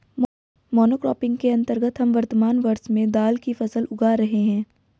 monocropping के अंतर्गत हम वर्तमान वर्ष में दाल की फसल उगा रहे हैं